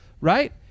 right